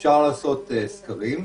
אפשר לעשות סקרים.